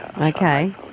Okay